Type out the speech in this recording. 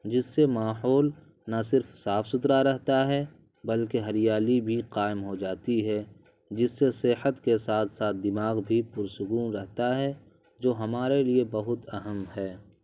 جس سے ماحول نہ صرف صاف ستھرا رہتا ہے بلکہ ہریالی بھی قائم ہو جاتی ہے جس سے صحت کے ساتھ ساتھ دماغ بھی پر سکون رہتا ہے جو ہمارے لیے بہت اہم ہے